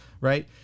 right